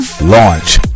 launch